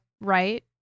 right